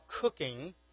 cooking